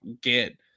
get